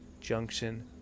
junction